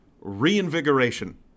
reinvigoration